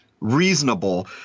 reasonable